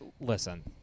Listen